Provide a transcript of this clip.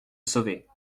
sauver